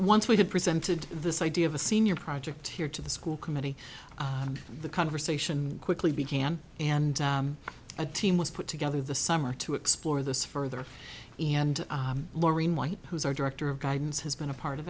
once we have presented this idea of a senior project here to the school committee the conversation quickly began and a team was put together the summer to explore this further and lorien white who is our director of guidance has been a part of